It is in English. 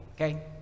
okay